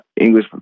English